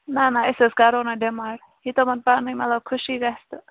نہَ نہَ أسۍ حظ کَرو نہٕ ڈِمانٛڈ یہِ تِمَن پنٕنۍ مطلب خوٚشی گژھِ تہٕ